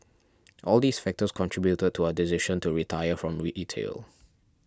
all these factors contributed to our decision to retire from retail